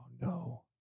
no